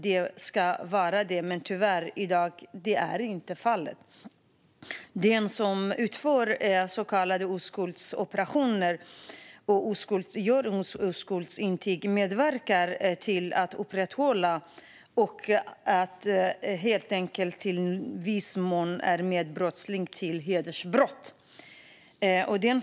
Men tyvärr är så inte fallet i dag. Den som utför så kallade oskuldsoperationer och utfärdar oskuldsintyg medverkar till att upprätthålla detta och är i viss mån medbrottsling till hedersbrott.